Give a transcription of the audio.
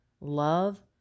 Love